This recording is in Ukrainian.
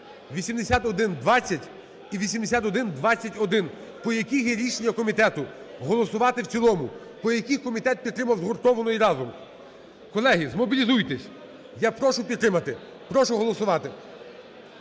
8120 і 8121 по яких є рішення комітету голосувати в цілому. По яких комітет підтримав згуртовано і разом. Колеги, змобілізуйтесь. Я прошу підтримати. Прошу голосувати.